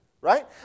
Right